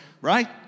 right